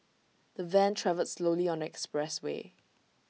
the van travelled slowly on the expressway